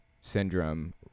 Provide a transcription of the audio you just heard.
syndrome